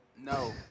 No